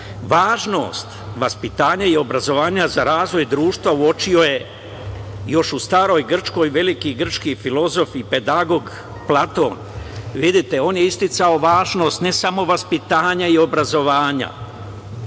radi. Važnost vaspitanja i obrazovanja za razvoj društva uočio je još u staroj Grčkoj veliki grčki filozof i pedagog Platon. Vidite, on je isticao važnost ne samo vaspitanja i obrazovanja